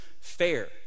fair